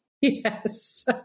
Yes